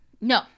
No